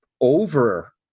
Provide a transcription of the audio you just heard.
over